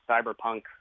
Cyberpunk